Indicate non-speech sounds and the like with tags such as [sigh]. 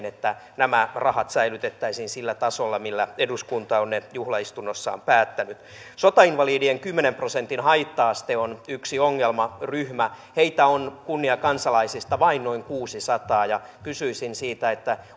[unintelligible] että nämä rahat säilytettäisiin sillä tasolla millä eduskunta on ne juhlaistunnossaan päättänyt sotainvalidien kymmenen prosentin haitta aste on yksi ongelmaryhmä heitä on kunniakansalaisista vain noin kuusisataa ja kysyisin siitä